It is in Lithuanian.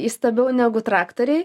įstabiau negu traktoriai